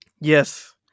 Yes